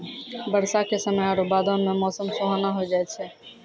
बरसा के समय आरु बादो मे मौसम सुहाना होय जाय छै